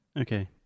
okay